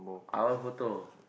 I want photo